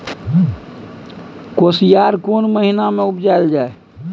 कोसयार कोन महिना मे उपजायल जाय?